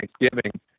Thanksgiving